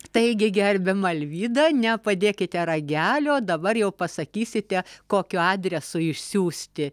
taigi gerbiama alvyda nepadėkite ragelio dabar jau pasakysite kokiu adresu išsiųsti